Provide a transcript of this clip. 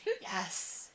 Yes